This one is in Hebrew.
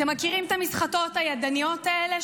אתם מכירים את המסחטות הידניות האלה,